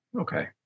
okay